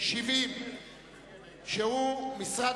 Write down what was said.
70 שהוא סעיף